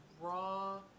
raw